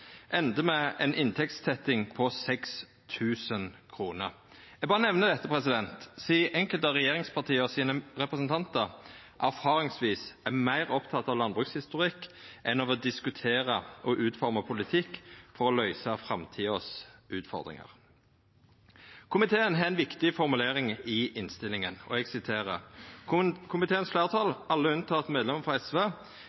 jordbruksoppgjeret med ein Senterparti-statsråd enda med ei inntektstetting på 6 000 kr. Eg berre nemner dette, sidan enkelte av representantane frå regjeringspartia erfaringsvis er meir opptekne av landbrukshistorikk enn av å diskutera og utforma politikk for å løysa framtidige utfordringar. Komiteen har ei viktig formulering i innstillinga: